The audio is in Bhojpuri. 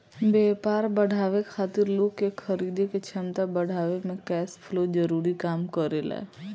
व्यापार बढ़ावे खातिर लोग के खरीदे के क्षमता बढ़ावे में कैश फ्लो जरूरी काम करेला